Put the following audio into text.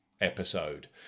episode